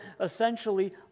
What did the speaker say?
essentially